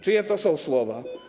Czyje to są słowa?